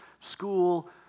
school